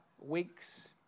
weeks